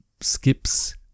skips